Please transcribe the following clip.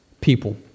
people